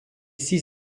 six